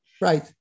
Right